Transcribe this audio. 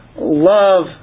Love